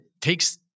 takes